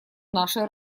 нашей